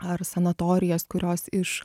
ar sanatorijas kurios iš